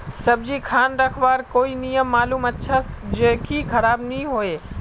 सब्जी खान रखवार कोई नियम मालूम अच्छा ज की खराब नि होय?